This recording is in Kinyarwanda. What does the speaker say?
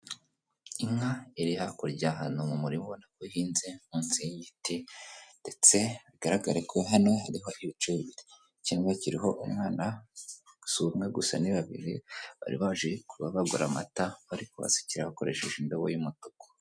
Inka iri hakurya ahantu mu murima ubona ko uhinze munsi y'igiti ndetse bigaragare ko hano ariho ibice bibiri, ikiriho umwana si umwe gusa ni babiri bari baje kuba bagura amata bari kubasukira bakoresheje indobo y'umutuku.